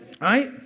Right